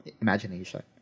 imagination